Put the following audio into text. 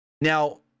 Now